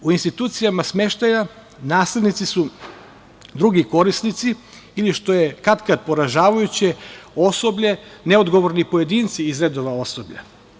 U institucijama smeštaja nasilnici su drugi korisnici ili što je kad kad poražavajuće osoblje, neodgovorni pojedinci iz redova osoblja.